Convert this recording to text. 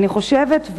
אני חושבת,